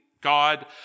God